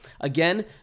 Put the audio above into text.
Again